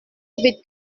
vite